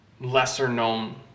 Lesser-known